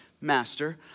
master